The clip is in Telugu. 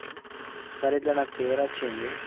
సార్ ఇట్లా నాకు ఫీవర్ వచ్చింది